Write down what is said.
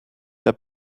der